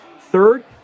Third